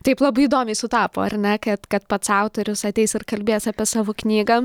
taip labai įdomiai sutapo ar ne kad kad pats autorius ateis ir kalbės apie savo knygą